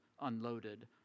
unloaded